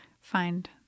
find